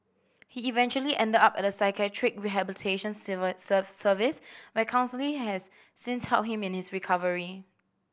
he eventually ended up at a psychiatric rehabilitation service where counselling has since helped him in his recovery